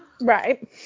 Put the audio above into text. right